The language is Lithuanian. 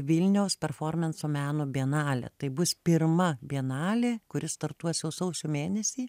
vilniaus performenso meno bienalę tai bus pirma bienalė kuri startuos jau sausio mėnesį